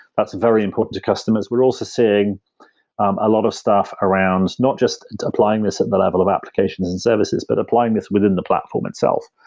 that's very important to customers we're also seeing a lot of stuff around not just applying this at the level of applications and services, but applying this within the platform itself.